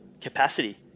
capacity